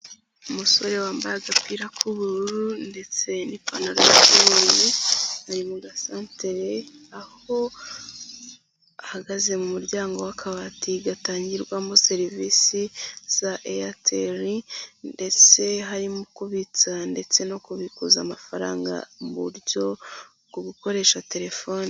Umusore wambaye agapira k'ubururu ndetse n'ipantaro y'ikoboyi, ari mu gasantere, aho ahagaze mu muryango w'akabati gatangirwamo serivisi za Airtel, ndetse harimo kubitsa ndetse no kubikuza amafaranga mu buryo, bwo gukoresha terefone.